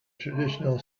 traditional